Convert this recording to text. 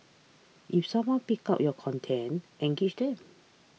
if someone picks up your content engage them